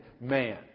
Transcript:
man